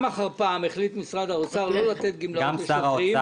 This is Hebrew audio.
אחר פעם החליט משרד האוצר לא לתת גמלאות לשוטרים,